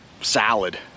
salad